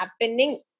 happening